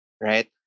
right